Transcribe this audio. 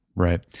right.